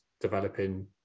developing